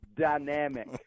Dynamic